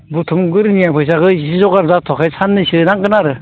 बुथुमगिरनिया फैसाखौ जगार जाथ'वाखै सान्नैसो नांगोन आरो